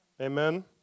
Amen